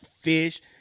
fish